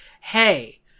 hey